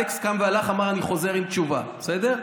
אלכס קם והלך, אמר: אני חוזר עם תשובה, בסדר?